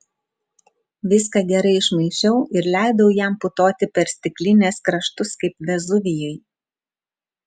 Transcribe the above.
viską gerai išmaišiau ir leidau jam putoti per stiklinės kraštus kaip vezuvijui